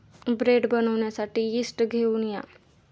bread बनवण्यासाठी yeast घेऊन या